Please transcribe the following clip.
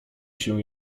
się